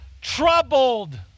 troubled